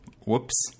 whoops